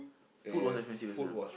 food was expensive also